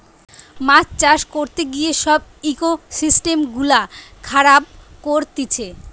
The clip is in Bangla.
মাছ চাষ করতে গিয়ে সব ইকোসিস্টেম গুলা খারাব করতিছে